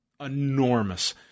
enormous